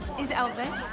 is elvis